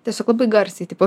tiesiog labai garsiai tipo